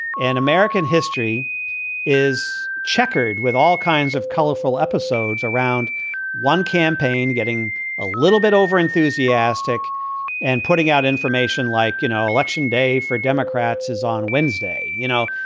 and american history is checkered with all kinds of colorful episodes around one campaign getting a little bit overenthusiastic and putting out information like, you know, election day for democrats is on wednesday. wednesday. you know,